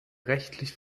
rechtlich